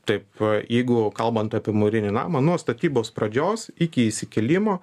taip jeigu kalbant apie mūrinį namą nuo statybos pradžios iki įsikėlimo